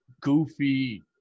goofy